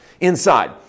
inside